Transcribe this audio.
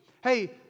Hey